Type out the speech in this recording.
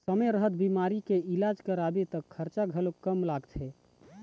समे रहत बिमारी के इलाज कराबे त खरचा घलोक कम लागथे